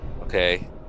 okay